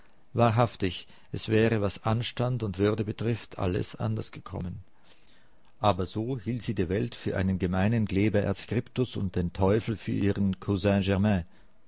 wahrhaftig es wäre was anstand und würde betrifft alles anders gekommen aber so hielt sie die welt für einen gemeinen glebae adscriptus und den teufel für ihren